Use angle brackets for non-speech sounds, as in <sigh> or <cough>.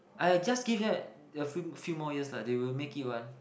!aiya! just give them <noise> a few few more years lah they will make it one